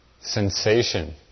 sensation